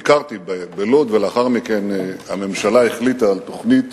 ביקרתי בלוד ולאחר מכן הממשלה החליטה על תוכנית